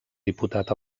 diputat